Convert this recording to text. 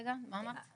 מה אמרת?